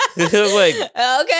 okay